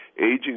aging